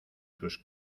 sus